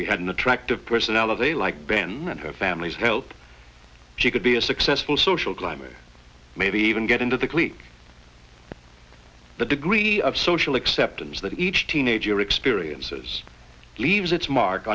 you had an attractive personality like ben and her family's help she could be a successful social climber maybe even get into the clique the degree of social acceptance that each teenager experiences leaves its mark